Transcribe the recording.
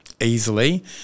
Easily